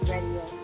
Radio